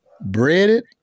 Breaded